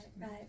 Right